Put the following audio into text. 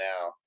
now